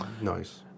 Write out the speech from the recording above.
Nice